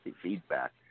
feedback